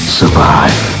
survive